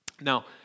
Now